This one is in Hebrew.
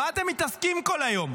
עם מה אתם מתעסקים כל היום?